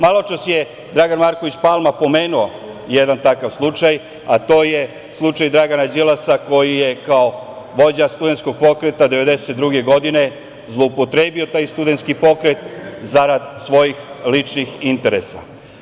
Maločas je Dragan Marković Palma pomenuo jedan takav slučaj, a to je slučaj Dragana Đilasa, koji je kao vođa studentskog pokreta 1992. godine zloupotrebio taj studentski pokret zarad svojih ličnih interesa.